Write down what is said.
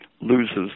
loses